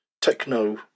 techno